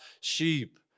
sheep